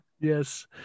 yes